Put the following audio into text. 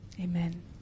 amen